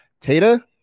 Tata